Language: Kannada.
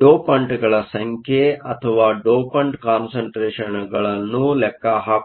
ಡೋಪಂಟ್ಗಳ ಸಂಖ್ಯೆ ಅಥವಾ ಡೋಪಂಟ್ ಕಾನ್ಸಂಟ್ರೇಷನ್ಗಳನ್ನು ಲೆಕ್ಕಹಾಕುತ್ತೇನೆ